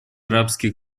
арабских